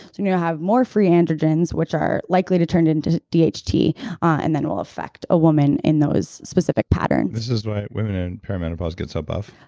you'll have more free-androgens, which are likely to turn into dht and then will affect a woman in those specific patterns this is why women in peri-menopause get so buff?